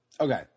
Okay